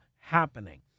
happening